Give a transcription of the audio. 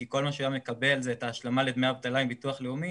כי כל מה שהוא היה מקבל זה היה את ההשלמה לדמי אבטלה מביטוח לאומי,